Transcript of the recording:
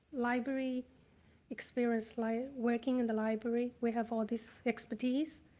library experience like working in the library, we have all this expertise,